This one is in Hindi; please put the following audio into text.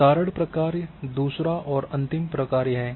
विस्तारण प्रक्रिया दूसरा और अंतिम प्रक्रिया है